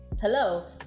hello